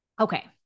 Okay